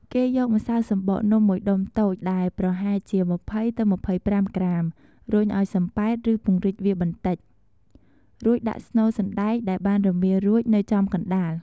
គេយកម្សៅសំបកនំមួយដុំតូច ដែលប្រហែលជា ២០-២៥ ក្រាម រុញឲ្យសំប៉ែត ឬពង្រីកវាបន្តិច រួចដាក់ស្នូលសណ្តែកដែលបានរមៀលរួចនៅចំកណ្តាល។